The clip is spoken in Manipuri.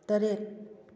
ꯇꯔꯦꯠ